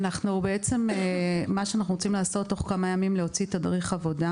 אנחנו בעצם רוצים להוציא תוך כמה ימים תדריך עבודה